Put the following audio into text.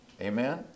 Amen